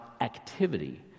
activity